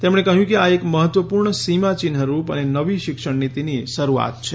તેમણે કહ્યું કે આ એક મહત્વપૂર્ણ સીમાચિહ્નરૂપ અને નવી શિક્ષણ નીતિની શરૂઆત છે